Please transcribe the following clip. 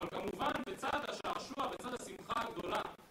אבל כמובן בצד השעשוע, בצד השמחה הגדולה